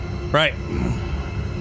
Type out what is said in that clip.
Right